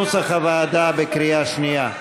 כנוסח הוועדה, בקריאה שנייה.